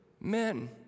Men